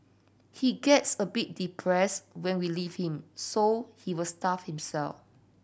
he gets a bit depressed when we leave him so he will starve himself